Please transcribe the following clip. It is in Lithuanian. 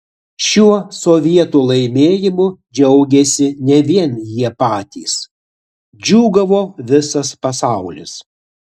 šiuo sovietų laimėjimu džiaugėsi ne vien jie patys džiūgavo visas pasaulis